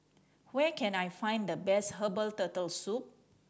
where can I find the best herbal Turtle Soup